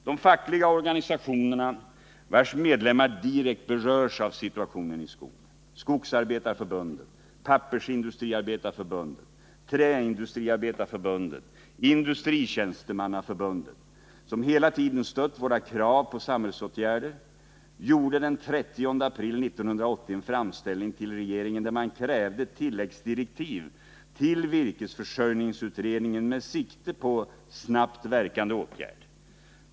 De fackliga organisationerna vilkas medlemmar direkt berörs av situationen i skogen, Skogsarbetareförbundet, Pappersindustriarbetareförbundet, Träindustriarbetareförbundet och Industritjänstemannaförbundet, som hela tiden stött våra krav på samhällsåtgärder, gjorde den 30 april 1980 en framställning till regeringen, där man krävde tilläggsdirektiv till virkesförsörjningsutredningen med sikte på snabbt verkande åtgärder.